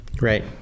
Right